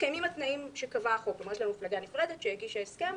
התנאים שקבע החוק: יש לנו מפלגה נפרדת שהגישה הסכם,